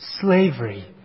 slavery